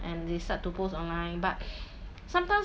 and they start to post online but sometimes